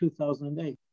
2008